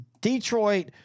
Detroit